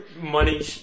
money